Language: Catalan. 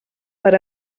per